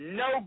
no